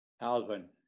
Alvin